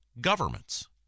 governments